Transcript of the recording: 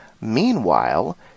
Meanwhile